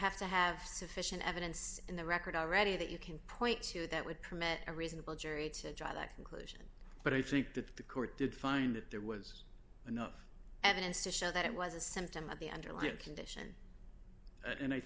have to have sufficient evidence in the record already that you can point to that would permit a reasonable jury to draw that conclusion but i think that the court did find that there was enough evidence to show that it was a symptom of the underlying condition and i